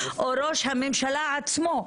או ראש הממשלה עצמו,